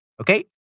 Okay